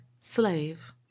slave